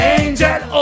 angel